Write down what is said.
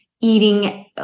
eating